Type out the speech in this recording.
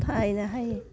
थाहैनो हायो